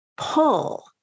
pull